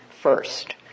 first